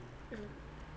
mm